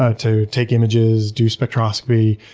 ah to take images, do spectroscopy,